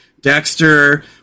Dexter